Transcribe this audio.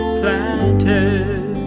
planted